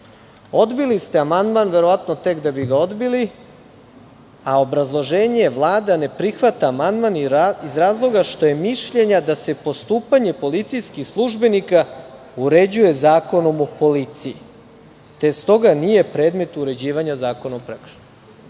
ste amandman verovatno tek da bi ga odbili, a obrazloženje je - Vlada ne prihvata amandman iz razloga što je mišljenja da se postupanje policijskih službenika uređuje Zakonom o policiji, te stoga nije predmet uređivanja Zakona o